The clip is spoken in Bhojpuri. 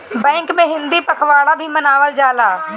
बैंक में हिंदी पखवाड़ा भी मनावल जाला